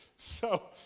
so,